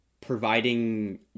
providing